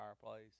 fireplace